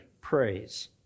praise